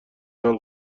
سال